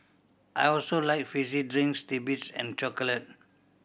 I also like fizzy drinks titbits and chocolate